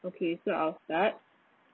okay so I'll start